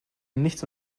nichts